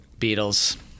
Beatles